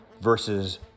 versus